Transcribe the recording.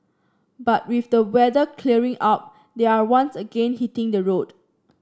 but with the weather clearing up they are once again hitting the road